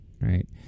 Right